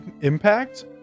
impact